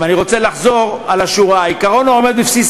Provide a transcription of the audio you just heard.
ואני רוצה לחזור על השורה: העיקרון העומד בבסיס